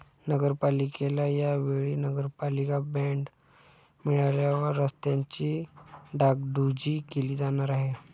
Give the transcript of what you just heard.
नगरपालिकेला या वेळी नगरपालिका बॉंड मिळाल्यावर रस्त्यांची डागडुजी केली जाणार आहे